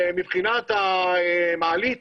אם בשבוע הבא בדיון בית המשפט ייתן צו בינתיים,